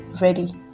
ready